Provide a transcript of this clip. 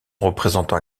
représentant